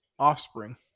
Offspring